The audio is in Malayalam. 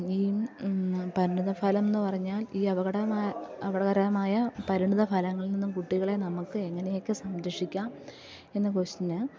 ഈ പരിണിതഫലം എന്ന് പറഞ്ഞാൽ ഈ അപകടമായ അപകടകരമായ പരിണിതഫലങ്ങളിൽ നിന്നും കുട്ടികളെ നമുക്ക് എങ്ങനെയൊക്കെ സംരക്ഷിക്കാം എന്ന ക്വസ്റ്റിന്